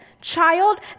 child